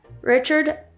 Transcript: Richard